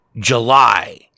July